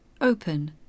Open